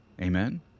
Amen